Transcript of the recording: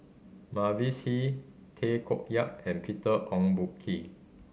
Mavis Hee Tay Koh Yat and Peter Ong Boon Kwee